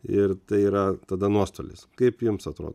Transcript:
ir tai yra tada nuostolis kaip jums atrodo